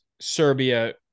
Serbia